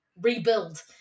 rebuild